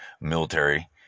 military